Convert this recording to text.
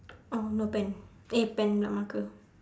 oh no pen eh pen pula marker